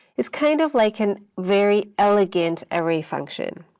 it's kind of like an very elegant array function.